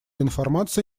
информация